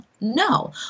No